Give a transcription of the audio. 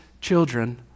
children